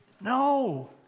no